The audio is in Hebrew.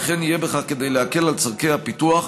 וכן יהיה בכך כדי להקל על צורכי הפיתוח,